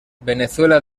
venezuela